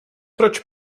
proč